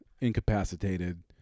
incapacitated